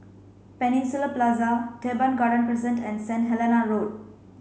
Peninsula Plaza Teban Garden Crescent and Saint Helena Road